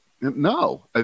no